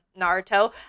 Naruto